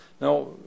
Now